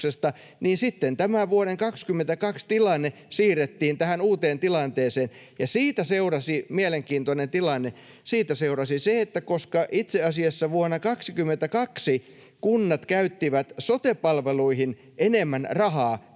niin sitten tämä vuoden 22 tilanne siirrettiin tähän uuteen tilanteeseen, ja siitä seurasi mielenkiintoinen tilanne. Siitä seurasi se, että koska itse asiassa vuonna 22 kunnat käyttivät sote-palveluihin enemmän rahaa